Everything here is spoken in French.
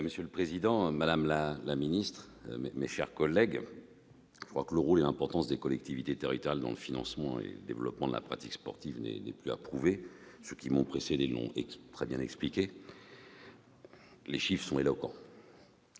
Monsieur le président, madame la ministre, mes chers collègues, le rôle et l'importance des collectivités territoriales dans le financement et le développement de la pratique sportive ne sont plus à prouver, les orateurs qui m'ont précédé l'ont très bien expliqué. Et les chiffres sont éloquents